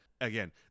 Again